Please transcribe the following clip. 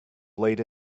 late